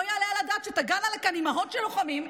לא יעלה על הדעת שתגענה לכאן אימהות של לוחמים,